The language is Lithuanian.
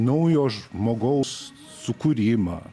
naujo žmogaus sukūrimą